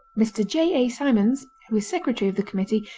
mr. j a. symonds, who is secretary of the committee,